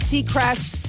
Seacrest